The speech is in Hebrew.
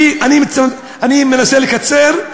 ואני מנסה לקצר.